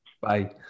Bye